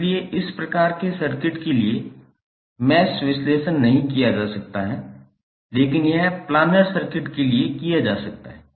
इसीलिए इस प्रकार के सर्किट के लिए मैश विश्लेषण नहीं किया जा सकता है लेकिन यह प्लानर सर्किट के लिए किया जा सकता है